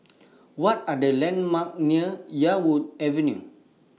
What Are The landmarks near Yarwood Avenue